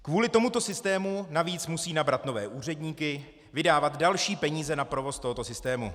Kvůli tomuto systému navíc musí nabrat nové úředníky, vydávat další peníze na provoz tohoto systému.